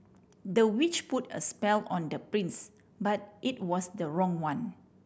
the witch put a spell on the prince but it was the wrong one